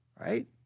right